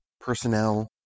personnel